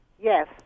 Yes